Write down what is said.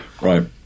Right